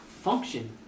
Function